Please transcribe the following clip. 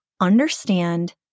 understand